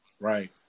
Right